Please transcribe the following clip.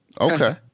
Okay